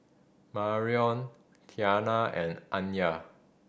Marion Tiana and Anya